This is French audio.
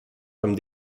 comme